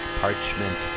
Parchment